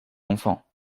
enfant